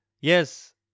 Yes